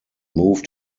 moved